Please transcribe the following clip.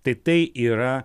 tai tai yra